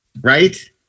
right